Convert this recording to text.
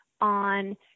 on